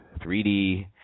3D